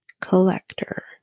collector